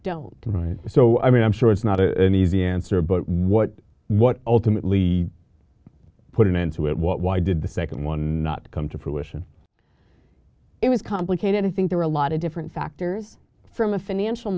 don't so i mean i'm sure it's not a easy answer but what what ultimately put an end to it what why did the second one not come to fruition it was complicated i think there were a lot of different factors from a financial